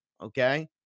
okay